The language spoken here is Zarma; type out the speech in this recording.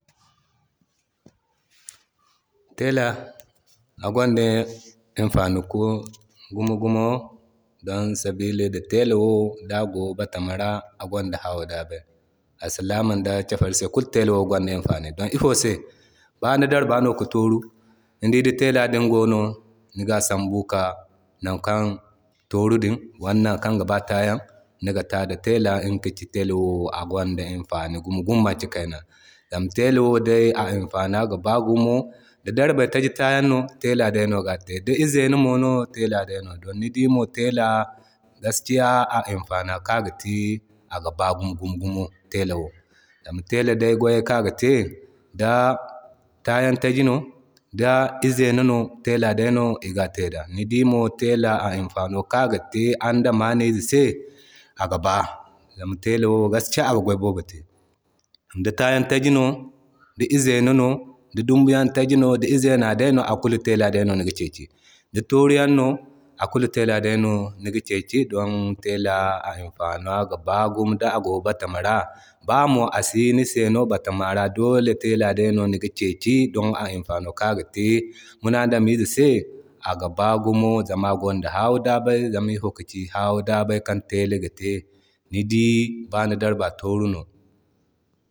Tela agwanda imfani gumo gumo don sabili da tela wo da go gamara agwanda hawu daabay. Alsilama da kefari se kulu seno tele wo gwanda imfani, don ifo se, ni dii bani darbayay no tooru ni dii da tela din gono niga sambu kika nakan toru din wala nan kan ga ba taayan niga ta da tela. Iŋga ka ci tela wo agwanda imfani gumo gumo, zama tela wo day a imfana ga baa gumo. Da darbay taji taayan no iŋga dayno gan te da izenimono tela dayno gan te. To ni di mo tela gaskiya imfano kan aga te aga ba gumo gumo tela wo zama tela de gwayay kan aga te da taayan taji no da izeno no tela day no iga te da. Ni dii mo tela wo a imfano kan aga te andameyze se aga baa, zama tela wo gaskiya aga gway boobo te Di taayan taji no di izena no di di dumbiyaŋ taji no di izena dayno a kulu tela day no niga keki. Di tooriyaŋ no a kulu tela day no niga keki don tela a imfano ga baa gumo daa go batama ra. Ba mo asi ni se batama ra dole tela day no niga keki don a imfano kan aga te munadamize se a ga baa gumo zama a gwanda haawi daabay, zama ifo kaki hawi daabay kan tela ga te ni dii ba ni darbay tooru no